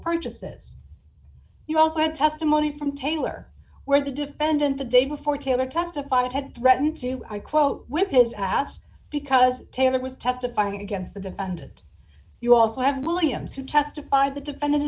purchases you also had testimony from taylor where the defendant the day before taylor testified had threatened to quote whip his ass because taylor was testifying against the defendant you also have williams who testified the defendant